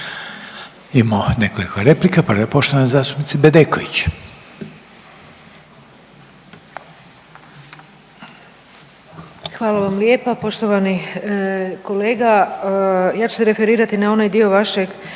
Hvala vam lijepa. Poštovani kolega, ja ću se referirati na onaj dio vaše